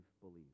believe